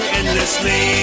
Endlessly